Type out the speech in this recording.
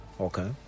okay